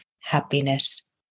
happiness